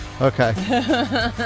Okay